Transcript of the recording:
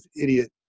idiot